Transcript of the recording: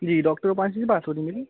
जी doctor Rupanshi से बात हो रही मेरी